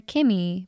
Kimmy